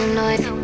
noise